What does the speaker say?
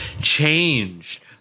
changed